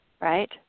right